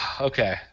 Okay